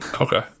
Okay